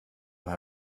will